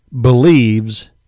believes